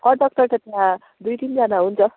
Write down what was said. conductor त त्यहाँ दुई तिनजना हुन्छ